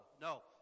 no